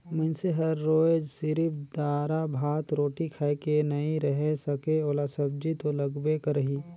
मइनसे हर रोयज सिरिफ दारा, भात, रोटी खाए के नइ रहें सके ओला सब्जी तो लगबे करही